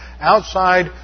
outside